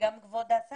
וגם כבוד השר,